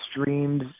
streams